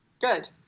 Good